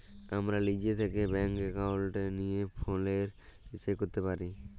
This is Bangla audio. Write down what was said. আমরা লিজে থ্যাকে ব্যাংক একাউলটে লিয়ে ফোলের রিচাজ ক্যরতে পারি